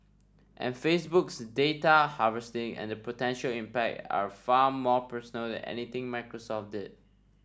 and Facebook's data harvesting and the potential impact are far more personal than anything Microsoft did